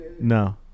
No